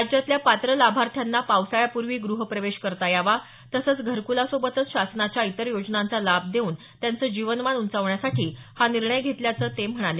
राज्यातल्या पात्र लाभार्थ्यांना पावसाळ्यापूर्वी ग्रहप्रवेश करता यावा तसंच घरकुलासोबतच शासनाच्या इतर योजनांचा लाभ देऊन त्यांचं जीवनमान उंचावण्यासाठी हा निर्णय घेतल्याचं ते म्हणाले